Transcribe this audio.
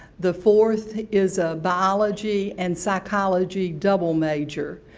the fourth is a biology and psychology double major.